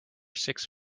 six